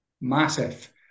massive